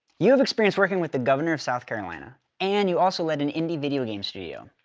you've experienced working with the governor of south carolina. and you also led an indie video game studio.